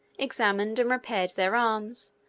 examined and repaired their arms,